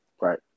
Right